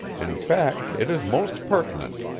in fact it is most pertinent.